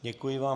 Děkuji vám.